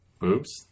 Boobs